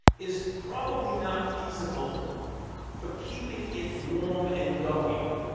is probably not feasible for keeping it warm and going.